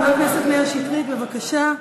חבר הכנסת מאיר שטרית, בבקשה.